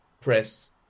press